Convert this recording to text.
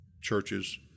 churches